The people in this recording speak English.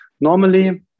Normally